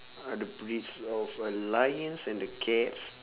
other breeds of a lions and the cats